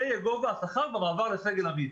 זה יהיה גובה השכר במעבר לסגל עמית.